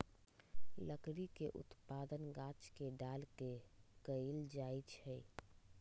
लकड़ी के उत्पादन गाछ के डार के कएल जाइ छइ